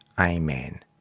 Amen